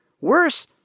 Worse